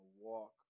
walk